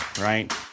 right